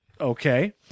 Okay